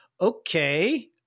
okay